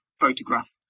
photograph